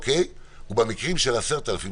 ובמקרים של 10,000 שקל,